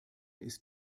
ist